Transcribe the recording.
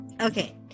Okay